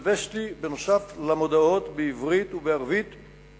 כדי להתאים את שיעור הגבייה.